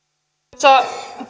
arvoisa